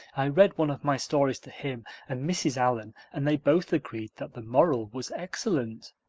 i read one of my stories to him and mrs. allan and they both agreed that the moral was excellent.